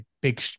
big